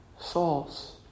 souls